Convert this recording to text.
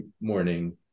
morning